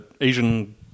Asian